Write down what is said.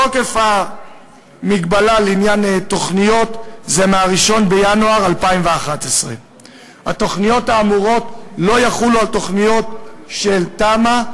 תוקף המגבלה לעניין תוכניות הוא מ-1 בינואר 2011. התוכניות האמורות לא יחולו על תוכניות של תמ"א,